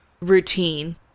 routine